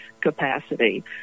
capacity